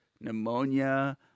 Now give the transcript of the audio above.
pneumonia